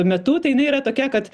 metu tai jinai yra tokia kad